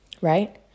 Right